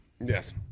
Yes